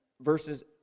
versus